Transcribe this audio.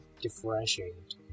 differentiate